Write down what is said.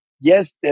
Yes